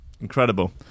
incredible